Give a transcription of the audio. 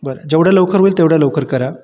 बरं जेवढ्या लवकर होईल तेवढ्या लवकर करा